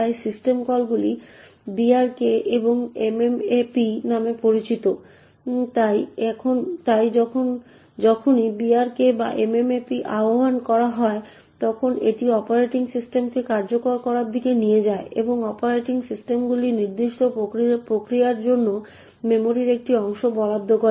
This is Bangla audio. তাই সিস্টেম কলগুলি brk এবং mmap নামে পরিচিত তাই যখনই brk বা mmap আহ্বান করা হয় তখন এটি অপারেটিং সিস্টেমকে কার্যকর করার দিকে নিয়ে যায় এবং অপারেটিং সিস্টেমগুলি নির্দিষ্ট প্রক্রিয়ার জন্য মেমরির একটি অংশ বরাদ্দ করে